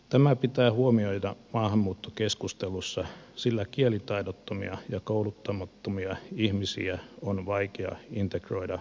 tämä pitää huomioida maahanmuuttokeskustelussa sillä kielitaidottomia ja kouluttamattomia ihmisiä on vaikea integroida moderniin yhteiskuntaan